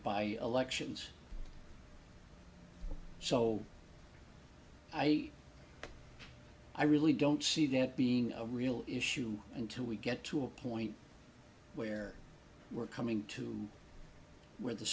by elections so i i really don't she get being a real issue until we get to a point where we're coming to where the